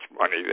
money